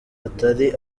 atari